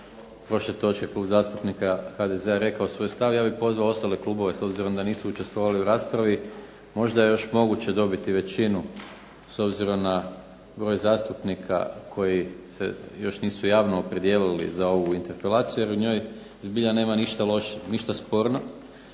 prošle točke Klub zastupnika HDZ-a rekao svoj stav. Ja bih pozvao ostale klubove s obzirom da nisu učestvovali u raspravi. Možda je još moguće dobiti većinu s obzirom na broj zastupnika koji se još nisu javno opredijelili za ovu interpelaciju jer u njoj zbilja nema ništa loše,